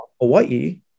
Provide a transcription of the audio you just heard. Hawaii